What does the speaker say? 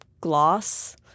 gloss